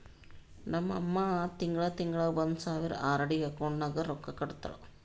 ನಮ್ ಅಮ್ಮಾ ತಿಂಗಳಾ ತಿಂಗಳಾ ಒಂದ್ ಸಾವಿರ ಆರ್.ಡಿ ಅಕೌಂಟ್ಗ್ ರೊಕ್ಕಾ ಕಟ್ಟತಾಳ